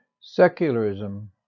Secularism